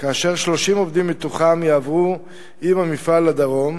ו-30 עובדים מתוכם יעברו עם המפעל לדרום.